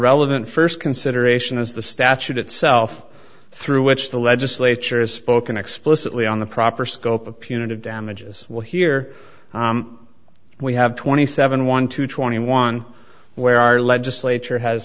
relevant first consideration is the statute itself through which the legislature has spoken explicitly on the proper scope of punitive damages well here we have twenty seven one two twenty one where our legislature has